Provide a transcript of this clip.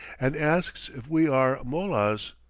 and asks if we are mollahs.